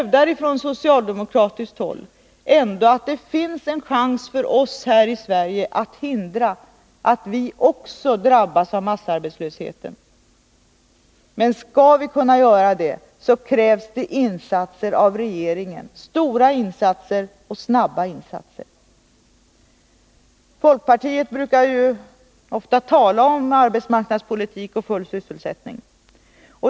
Vi socialdemokrater hävdar att det ändå finns en chans för oss här i Sverige att hindra att vi också drabbas av massarbetslöshet. Men det kräver insatser av regeringen, stora insatser och snabba insatser. Folkpartiet talar ofta om arbetsmarknadspolitik och full sysselsättning.